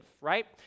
right